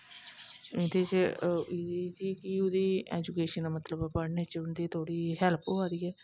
उन्दे च एह् चीज कि ओहदे च ऐजुकेशन दा मतलब पढने च उंदी थोह्ड़ी जेही हैल्प होआ दी ऐ